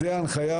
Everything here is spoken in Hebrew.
זו ההנחיה